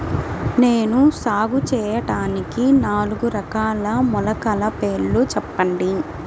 నేను సాగు చేయటానికి నాలుగు రకాల మొలకల పేర్లు చెప్పండి?